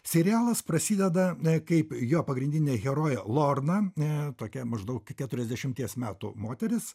serialas prasideda kaip jo pagrindinė herojė lorna tokia maždaug keturiasdešimties metų moteris